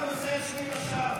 יפה מצידך.